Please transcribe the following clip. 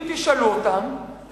אם תשאלו אותם,